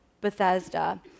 Bethesda